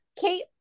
Kate